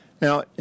Now